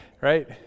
right